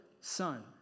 son